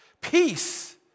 Peace